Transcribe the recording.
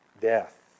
death